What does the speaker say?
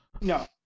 No